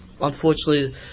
unfortunately